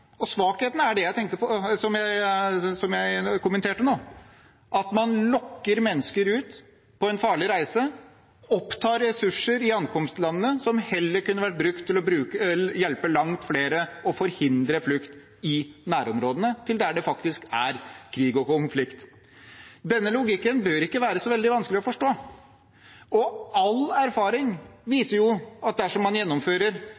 og svakhetene er det som jeg kommenterte nå, at man lokker mennesker ut på en farlig reise, opptar ressurser i ankomstlandet som heller kunne vært brukt til å hjelpe langt flere og forhindre flukt i nærområdene til der det faktisk er krig og konflikt. Denne logikken bør ikke være så veldig vanskelig å forstå, og all erfaring viser at dersom man gjennomfører